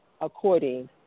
according